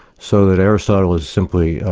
so that aristotle was simply,